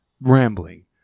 rambling